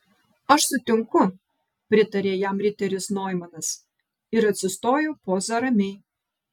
aš sutinku pritarė jam riteris noimanas ir atsistojo poza ramiai